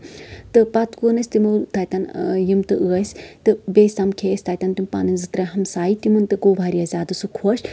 تہٕ پَتہٕ ووٚن اَسہِ تِمن تتٮ۪ن یِم تہِ ٲسۍ تہٕ بیٚیہِ سَمکھے اَسہِ تَتٮ۪ن تِم پَنٕنۍ زٕ ترٛےٚ ہمسایہ تمن تہِ گوٚو واریاہ زیادٕ سُہ خۄش